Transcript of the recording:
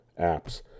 apps